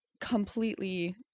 completely